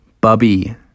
Bubby